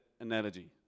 analogy